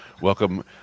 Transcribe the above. Welcome